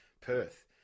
Perth